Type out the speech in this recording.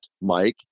Mike